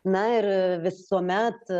na ir visuomet